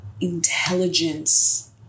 intelligence